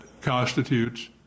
constitutes